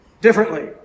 differently